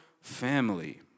family